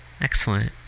Excellent